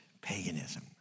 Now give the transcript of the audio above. paganism